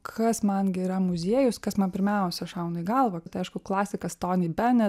kas man gi yra muziejus kas man pirmiausia šauna į galvą kad aišku klasikas toni benet